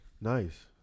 Nice